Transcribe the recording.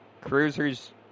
Cruisers